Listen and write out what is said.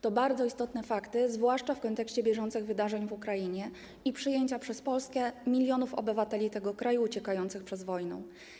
To bardzo istotne fakty, zwłaszcza w kontekście bieżących wydarzeń w Ukrainie i przyjęcia przez Polskę milionów obywateli tego kraju uciekających przed wojną.